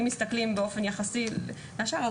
אם מסתכלים באופן יחסי לשאר,